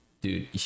dude